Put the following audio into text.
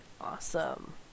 Awesome